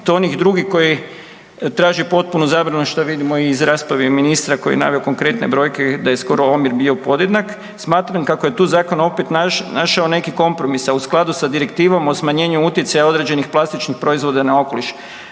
do onih drugih koji traže potpunu zabranu što vidimo iz rasprave ministra koji je navio konkretne brojke da je skoro omjer bio podjednak. Smatram kako je tu zakon opet našao neke kompromise u skladu sa Direktivom o smanjenju utjecaja određenih plastičnih proizvoda na okoliš.